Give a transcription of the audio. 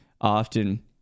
often